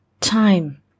time